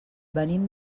venim